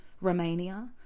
Romania